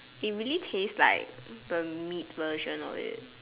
it really taste like the meat version of it